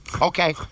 Okay